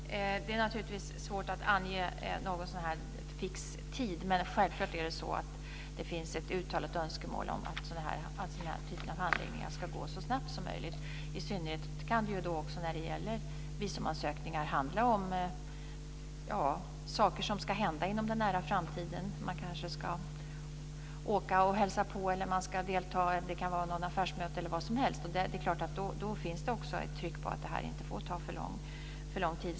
Fru talman! Det är naturligtvis svårt att ange någon fix tid. Självklart finns det ett uttalat önskemål om att sådana här handlingar ska hanteras så snabbt som möjligt, i synnerhet som det ofta i fråga om visumansökningar handlar om saker som ska hända inom den nära framtiden. Man kanske ska åka och hälsa på, det kan vara ett affärsmöte osv. Då finns det ett tryck på att det inte får ta för lång tid.